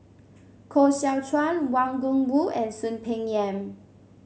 Koh Seow Chuan Wang Gungwu and Soon Peng Yam